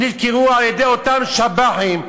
נדקרו על-ידי אותם שב"חים,